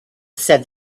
said